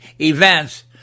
events